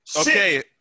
Okay